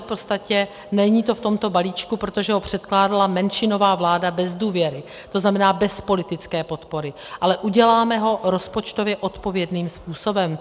V podstatě to není v tomto balíčku, protože ho předkládala menšinová vláda bez důvěry, to znamená bez politické podpory, ale uděláme ho rozpočtově odpovědným způsobem.